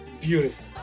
beautiful